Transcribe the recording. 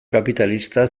kapitalista